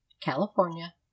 California